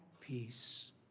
peace